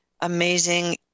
amazing